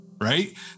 right